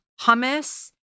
hummus